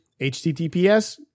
HTTPS